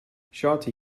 shawty